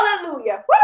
Hallelujah